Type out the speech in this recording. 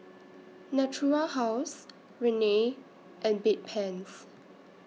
Natura House Rene and Bedpans